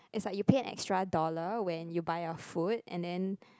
is like you pay an extra dollar when you buy a food and then